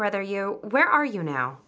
rather you where are you now